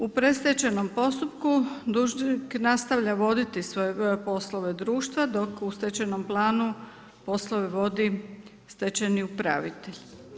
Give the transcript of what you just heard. U predstečajnom postupku dužnik nastavlja voditi svoje poslove društva dok u stečajnom planu poslove vodi stečajni upravitelj.